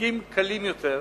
תיקים קלים יותר,